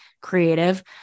creative